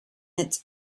its